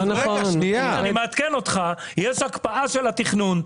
אני מעדכן אותך, שיש הקפאה של התכנון.